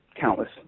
countless